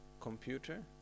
computer